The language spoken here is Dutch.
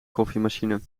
koffiemachine